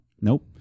Nope